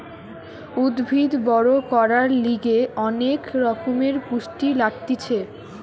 উদ্ভিদ বড় করার লিগে অনেক রকমের পুষ্টি লাগতিছে